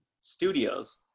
studios